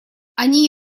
они